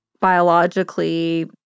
biologically